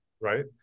Right